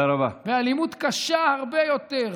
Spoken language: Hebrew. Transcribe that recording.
באלימות קשה הרבה יותר,